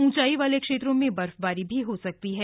ऊंचाई वाले क्षेत्रों में बर्फबारी भी हो सकती है